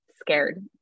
scared